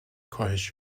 کاهش